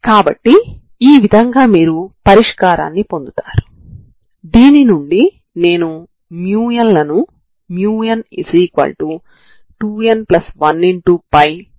కాబట్టి మీరు దీనిని సమాకలనం చేయాలనుకుంటే ముందు దానిని నుండి 0 వరకు సమాకలనం చేయాలి